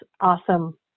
awesome